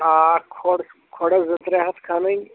آ کھۄڈ کھۄڈَس زٕ ترٛےٚ ہَتھ کھنٕنۍ